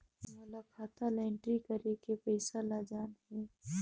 मोला खाता ला एंट्री करेके पइसा ला जान हे?